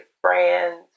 friends